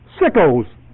sickos